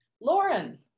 Lauren